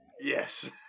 yes